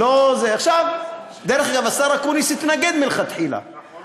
דרך אגב, השר אקוניס התנגד מלכתחילה, נכון.